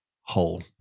whole